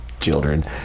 children